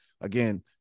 again